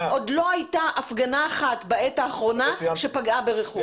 עוד לא הייתה הפגנה אחת בעת האחרונה שפגעה ברכוש.